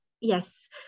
Yes